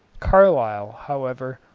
carlyle, however,